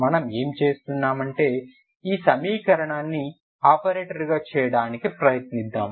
మనము ఏమి చేస్తున్నామంటే ఈ సమీకరణాన్ని ఆపరేటర్ గా చేయడానికి ప్రయత్నిద్దాం